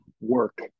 work